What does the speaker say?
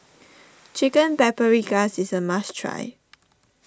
Chicken Paprikas is a must try